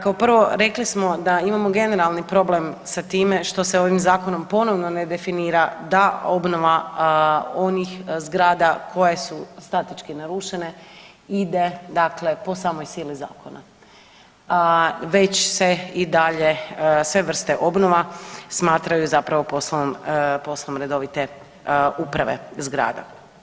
Kao prvo, rekli smo da imamo generalni problem sa time što se ovim zakonom ponovno ne definira da obnova onih zgrada koje su statički narušene ide po samoj sili zakona već se i dalje sve vrste obnova smatraju zapravo poslom, poslom redovite uprave zgrada.